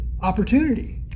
Opportunity